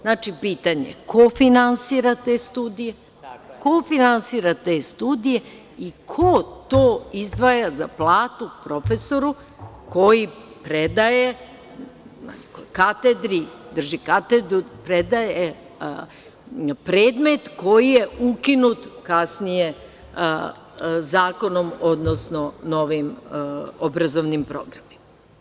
Znači, pitanje, ko finansira te studije i ko to izdvaja za platu profesoru koji predaje na katedri, drži katedru, predaje predmet koji je ukinut kasnije zakonom, odnosno novim obrazovnim programima?